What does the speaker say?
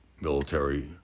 military